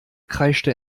kreischte